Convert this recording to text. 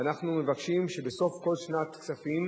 אנחנו מבקשים שבסוף כל שנת כספים